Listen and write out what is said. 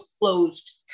closed